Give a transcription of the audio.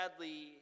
sadly